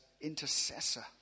intercessor